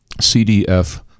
CDF